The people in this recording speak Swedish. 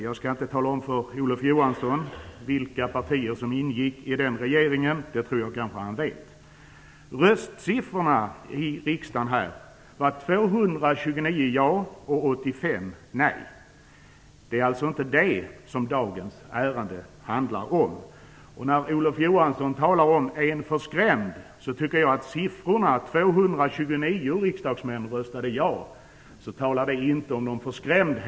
Jag skall inte tala om för Olof Johansson vilka partier som ingick i den regeringen. Det tror jag nog att han vet. Röstsiffrorna i riksdagen var 229 ja och 85 nej. Det är alltså inte det som dagens ärende handlar om. Olof Johansson talar om att folk var förskrämda. Jag tycker att det faktum att 229 riksdagsmän röstade ja inte tyder på att de var förskrämda.